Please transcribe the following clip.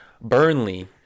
burnley